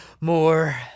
more